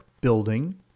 building